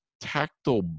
tactile